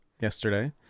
yesterday